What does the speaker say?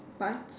parts